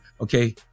Okay